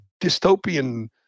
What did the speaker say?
dystopian